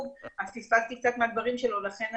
לשר הבריאות יש סמכות להאריך.